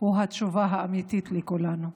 הוא התשובה האמיתית לכולנו.